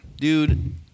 Dude